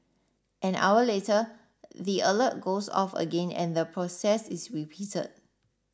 an hour later the alert goes off again and the process is repeated